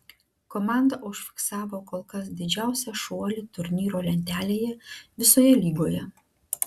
komanda užfiksavo kol kas didžiausią šuolį turnyro lentelėje visoje lygoje